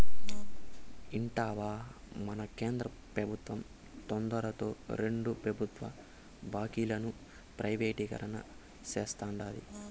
ఇంటివా, మన కేంద్ర పెబుత్వం తొందరలో రెండు పెబుత్వ బాంకీలను ప్రైవేటీకరణ సేస్తాండాది